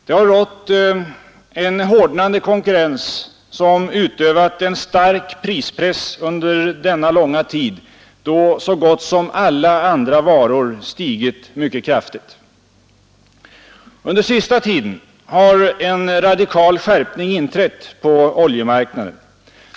Det har rått en hårdnande konkurrens som utövat en stark prispress under denna långa tid, då så gott som alla andra varor stigit mycket kraftigt i pris. Under den senaste tiden har en radikal skärpning inträtt på oljemarknaden.